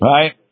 Right